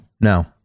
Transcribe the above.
No